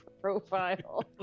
profile